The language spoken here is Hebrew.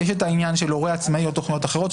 יש עניין של הורה עצמאי או תכניות אחרות,